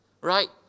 right